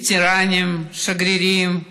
וטרנים, שגרירים,